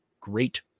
great